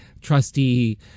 trusty